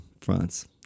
France